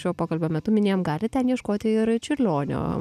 šio pokalbio metu minėjom galit ten ieškoti ir čiurlionio